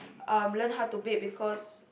um learn how to bake because